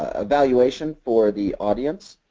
evaluation for the audience.